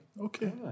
Okay